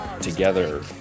together